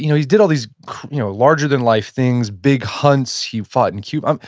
you know he did all these you know larger than life things, big hunts. he fought in cuba.